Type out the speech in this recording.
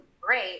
great